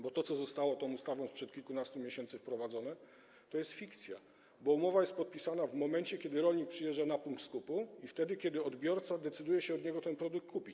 Bo to, co zostało tą ustawą sprzed kilkunastu miesięcy wprowadzone, to jest fikcja, bo umowa jest podpisana w momencie, kiedy rolnik przyjeżdża do punktu skupu i wtedy kiedy odbiorca decyduje się od niego ten produkt kupić.